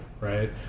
right